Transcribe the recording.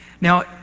Now